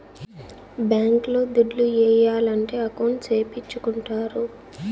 bank లో దుడ్లు ఏయాలంటే అకౌంట్ సేపిచ్చుకుంటారు